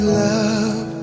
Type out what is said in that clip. love